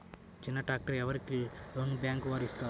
చిన్న ట్రాక్టర్ ఎవరికి లోన్గా బ్యాంక్ వారు ఇస్తారు?